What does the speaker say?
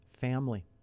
family